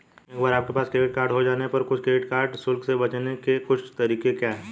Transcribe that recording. एक बार आपके पास क्रेडिट कार्ड हो जाने पर कुछ क्रेडिट कार्ड शुल्क से बचने के कुछ तरीके क्या हैं?